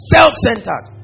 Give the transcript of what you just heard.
Self-centered